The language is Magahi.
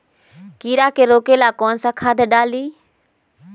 कीड़ा के रोक ला कौन सा खाद्य डाली?